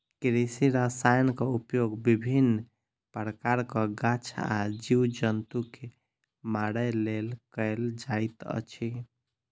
कृषि रसायनक उपयोग विभिन्न प्रकारक गाछ आ जीव जन्तु के मारय लेल कयल जाइत अछि